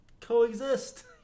coexist